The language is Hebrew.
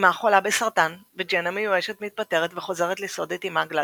אמה חולה בסרטן וג'ין המיואשת מתפטרת וחוזרת לסעוד את אמה גלאדיס.